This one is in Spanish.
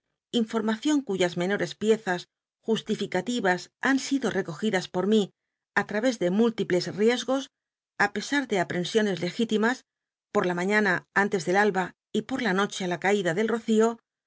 informacion cuyas menores piezas justificativas han sido recogidas por mí á traves de múltiples riesgos tí pesar de aprensiones legitimas por la maiíana nntcs del alba y por la noche i la caída del rocio